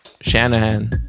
Shanahan